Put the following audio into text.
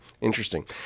interesting